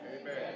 Amen